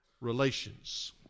relations